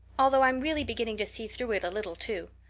although i'm really beginning to see through it a little, too.